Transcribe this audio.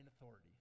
authority